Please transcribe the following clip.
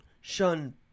shun